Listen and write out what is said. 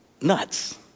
nuts